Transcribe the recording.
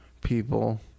people